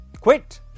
quit